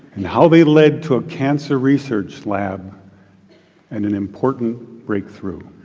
and how they led to a cancer research lab and an important breakthrough.